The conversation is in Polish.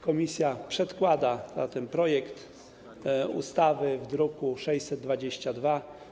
Komisja przedkłada zatem projekt ustawy w druku nr 622.